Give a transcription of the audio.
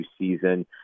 season